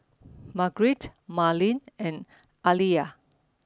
Margrett Marlene and Aliyah